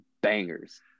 bangers